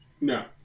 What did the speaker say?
No